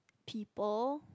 people